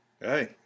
Hey